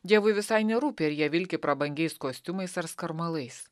dievui visai nerūpi ar jie vilki prabangiais kostiumais ar skarmalais